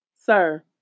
sir